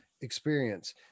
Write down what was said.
experience